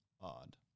Odd